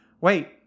Wait